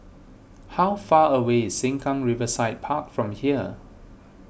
how far away is Sengkang Riverside Park from here